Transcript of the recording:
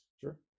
Sure